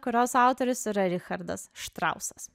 kurios autorius yra richardas štrausas